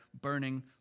burning